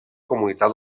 comunitat